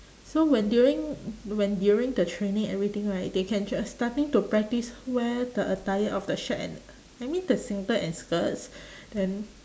so when during when during the training everything right they can just starting to practise wear the attire of the shirt and I mean the singlet and skirts then